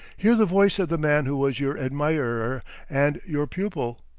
hear the voice of the man who was your admirer and your pupil!